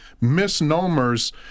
misnomers